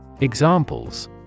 Examples